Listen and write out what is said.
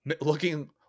looking